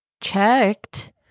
checked